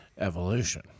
evolution